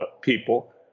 people